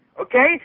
Okay